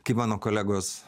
kai mano kolegos